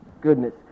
Goodness